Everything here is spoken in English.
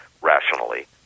rationally